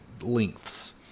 Lengths